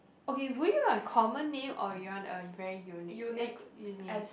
okay will you want a common name or you want a very unique uh unique name